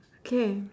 K